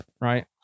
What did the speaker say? right